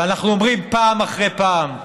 ואנחנו אומרים פעם אחרי פעם: